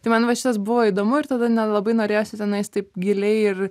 tai man va šitas buvo įdomu ir tada nelabai norėjosi tenais taip giliai ir